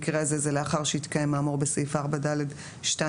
ולאחר שהתקיים האמור בסעיף 4(ד)(2)(א)